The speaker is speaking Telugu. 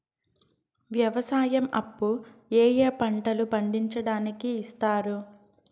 వ్యవసాయం అప్పు ఏ ఏ పంటలు పండించడానికి ఇస్తారు?